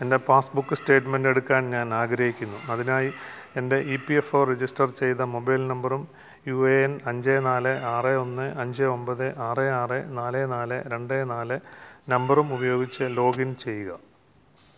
എൻ്റെ passbook statement എടുക്കാൻ ഞാൻ ആഗ്രഹിക്കുന്നു അതിനായി എൻ്റെ E P F O register ചെയ്ത മൊബൈൽ നമ്പറും യു എ എൻ അഞ്ച് നാല് ആറ് ഒന്ന് അഞ്ച് ഒമ്പത് ആറ് ആറ് നാല് നാല് രണ്ട് നാല് നമ്പറും ഉപയോഗിച്ച് ലോഗിൻ ചെയ്യുക